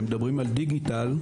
שמדברים על דיגיטל,